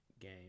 Game